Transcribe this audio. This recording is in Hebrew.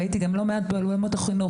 והייתי גם לא מעט בעולמות החינוך,